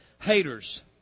Haters